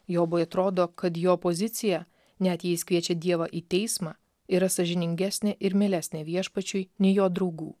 jobui atrodo kad jo pozicija net jei jis kviečia dievą į teismą yra sąžiningesnė ir mielesnė viešpačiui nei jo draugų